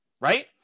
right